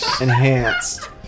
enhanced